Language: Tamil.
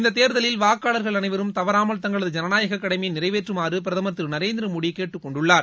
இந்த தேர்தலில் வாக்காளர்கள் அனைவரும் தவறாமல் தங்களது ஜனநாயக கடைமையை நிறைவேற்றுமாறு பிரதமர் திரு நரேந்திர மோடி கேட்டுக்கொண்டுள்ளார்